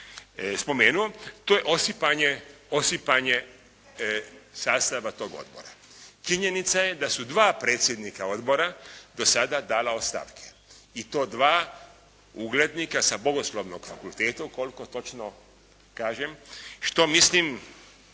spomenuo, to je osipanje sastava tog odbora. Činjenica je da su dva predsjednika odbora do sada dala ostavke i to dva uglednika sa Bogoslovnog fakulteta, ukoliko točno kažem, što mislim